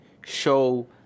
show